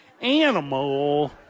Animal